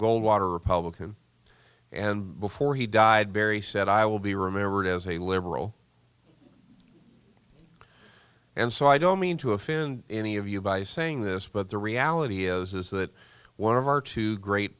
goldwater republican and before he died barry said i will be remembered as a liberal and so i don't mean to offend any of you by saying this but the reality is that one of our two great